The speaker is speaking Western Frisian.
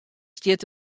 stiet